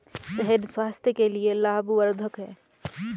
शहद स्वास्थ्य के लिए लाभवर्धक है